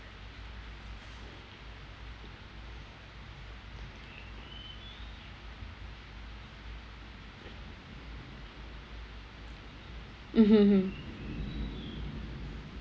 mmhmm hmm